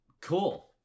Cool